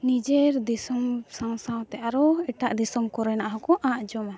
ᱱᱤᱡᱮᱨ ᱫᱤᱥᱚᱢ ᱥᱟᱶᱼᱥᱟᱶᱛᱮ ᱟᱨᱚ ᱮᱴᱟᱜ ᱫᱤᱥᱚᱢ ᱠᱚᱨᱮᱱᱟᱜ ᱦᱚᱸᱠᱚ ᱟᱸᱜᱡᱚᱢᱟ